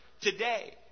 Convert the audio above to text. today